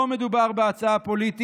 לא מדובר בהצעה פוליטית,